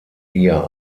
ihr